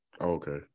Okay